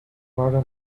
martin